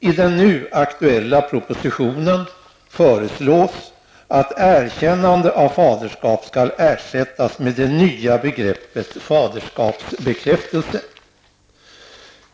I den nu aktuella propositionen föreslås att ''erkännande'' ''bekräftelse'' av fadeskapet.